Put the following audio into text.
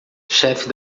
chefe